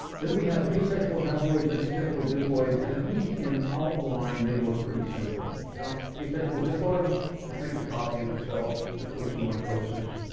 then we have asexual haploids and asexual diploids, and at least in outline they look pretty simple. you know asexual diploid, just makes a copy of itself just goes through mitosis,